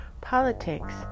Politics